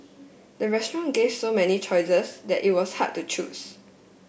the restaurant gave so many choices that it was hard to choose